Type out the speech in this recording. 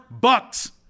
bucks